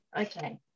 Okay